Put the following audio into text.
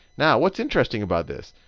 now what's interesting about this?